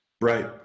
right